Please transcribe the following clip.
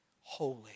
holy